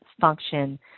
function